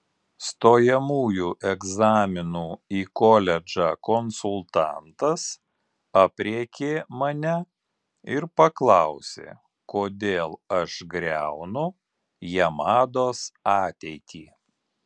stojamųjų egzaminų į koledžą konsultantas aprėkė mane ir paklausė kodėl aš griaunu jamados ateitį